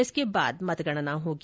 इसके बाद मतगणना होगी